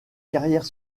carrière